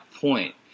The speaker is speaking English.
point